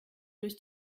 durch